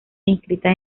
inscritas